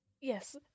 Yes